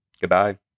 Goodbye